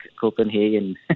Copenhagen